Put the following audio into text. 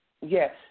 Yes